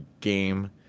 game